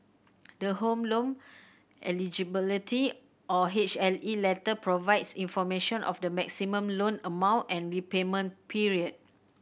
the Home Loan Eligibility or H L E letter provides information of the maximum loan amount and repayment period